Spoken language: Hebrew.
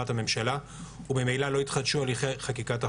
הממשלה וממילא לא התחדשו הליכי חקיקת החוק.